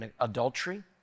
adultery